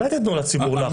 אולי תתנו לציבור להחליט?